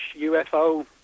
UFO